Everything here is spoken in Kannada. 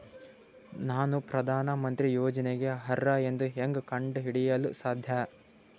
ನಾನು ಪ್ರಧಾನ ಮಂತ್ರಿ ಯೋಜನೆಗೆ ಅರ್ಹ ಎಂದು ಹೆಂಗ್ ಕಂಡ ಹಿಡಿಯಲು ಸಾಧ್ಯ?